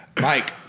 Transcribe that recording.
Mike